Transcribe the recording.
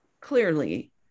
clearly